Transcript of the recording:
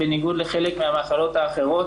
בניגוד לחלק מהמחלות האחרות,